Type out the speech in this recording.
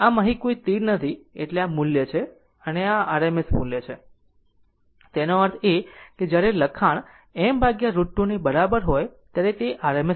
આમ અહીં કોઈ તીર નથી એટલે આ મુલ્ય છે અને આ RMS મૂલ્ય છે એનો અર્થ એ કે જ્યારે લખાણ m √ √2 ની બરાબર હોય ત્યારે તે RMS મૂલ્ય છે